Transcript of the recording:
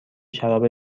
شراب